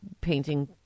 painting